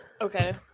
Okay